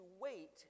wait